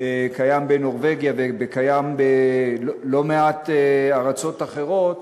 קיים בנורבגיה וקיים בלא-מעט ארצות אחרות,